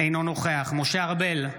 אינו נוכח משה ארבל,